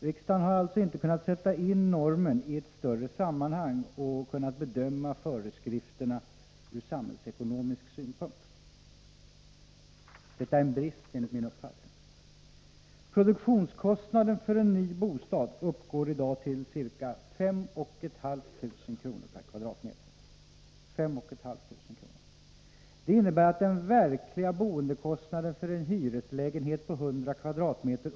Regeringen har alltså inte kunnat sätta in normen i ett större sammanhang och bedöma föreskrifterna ur samhällsekonomisk synpunkt. Detta är en brist, enligt min uppfattning. Produktionskostnaden för en ny bostad uppgår i dag till ca 5 500 kr. per m?. Det innebär att den verkliga boendekostnaden för en hyreslägenhet på 100 m?